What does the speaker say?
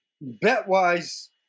bet-wise